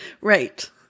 right